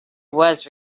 was